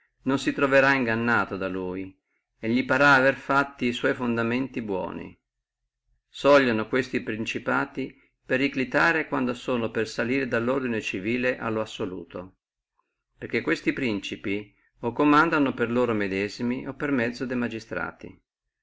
mai si troverrà ingannato da lui e li parrà avere fatto li sua fondamenti buoni sogliono questi principati periclitare quando sono per salire dallordine civile allo assoluto perché questi principi o comandano per loro medesimi o per mezzo de magistrati